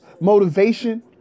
motivation